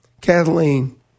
Kathleen